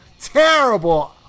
Terrible